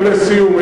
ולסיום,